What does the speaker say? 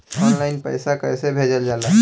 Online पैसा कैसे भेजल जाला?